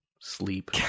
sleep